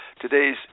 today's